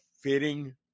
fitting